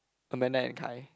Amanda and Kai